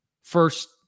first